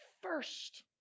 first